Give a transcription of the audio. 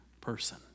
person